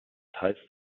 heißt